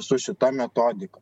su šita metodika